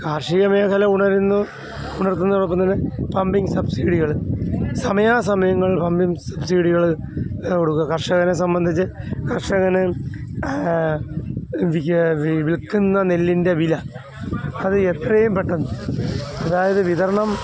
കാർഷിക മേഖല ഉണരുന്നു ഉണർത്തുന്നതിനോടൊപ്പം തന്നെ പമ്പിങ് സബ്സിഡികൾ സമയാസമയങ്ങളിൽ പമ്പിങ് സബ്സിഡികൾ കൊടുക്കുക കർഷകനെ സംബന്ധിച്ചു കർഷകന് വിൽക്കുന്ന നെല്ലിൻ്റെ വില അത് എത്രയും പെട്ടെന്ന് അതായത് വിതരണം